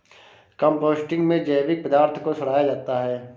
composting में जैविक पदार्थ को सड़ाया जाता है